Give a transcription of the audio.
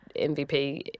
MVP